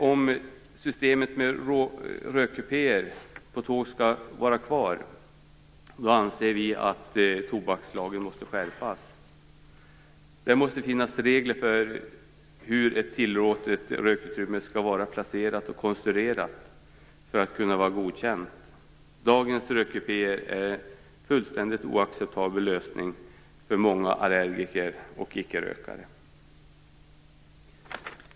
Om systemet med rökkupéer på tåg skall vara kvar måste tobakslagen skärpas. Det måste finnas regler för hur ett tillåtet rökutrymme skall vara placerat och konstruerat för att godkännas. Dagens rökkupéer är en fullständigt oacceptabel lösning för många allergiker och icke-rökare.